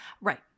Right